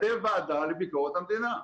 אתם הוועדה לביקורת המדינה.